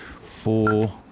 Four